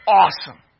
awesome